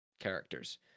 characters